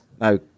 No